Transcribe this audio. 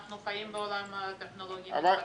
אנחנו חיים בעולם הטכנולוגי המתפתח.